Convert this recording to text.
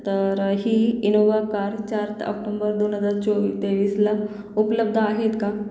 तर ही Innova car चार ऑक्टोंबर दोन हजार चोवीस तेवीसला उपलब्ध आहेत का